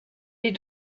est